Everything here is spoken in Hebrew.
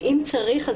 ואם צריך,